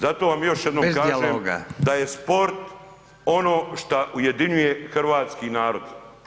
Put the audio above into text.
Zato vam [[Upadica: Bez dijaloga.]] još jednom kažem da je sport ono što ujedinjuje hrvatski narod.